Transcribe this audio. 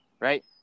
right